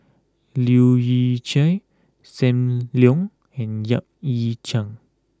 Leu Yew Chye Sam Leong and Yap Ee Chian